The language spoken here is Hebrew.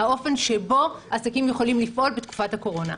באופן שבו העסקים יכולים לפעול בתקופת הקורונה.